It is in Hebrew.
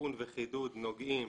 תיקון וחידוד נוגעים